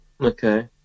Okay